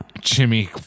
Jimmy